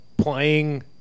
Playing